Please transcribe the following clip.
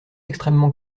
extrêmement